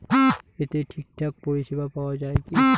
এতে ঠিকঠাক পরিষেবা পাওয়া য়ায় কি?